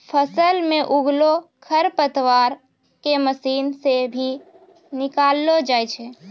फसल मे उगलो खरपतवार के मशीन से भी निकालो जाय छै